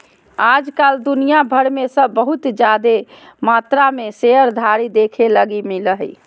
आज कल दुनिया भर मे बहुत जादे मात्रा मे शेयरधारी देखे लगी मिलो हय